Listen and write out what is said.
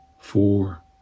four